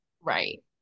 right